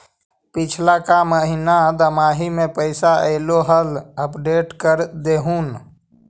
पिछला का महिना दमाहि में पैसा ऐले हाल अपडेट कर देहुन?